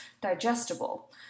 digestible